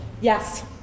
Yes